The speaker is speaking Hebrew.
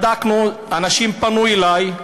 אנשים פנו אלי,